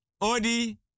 Odi